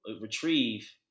retrieve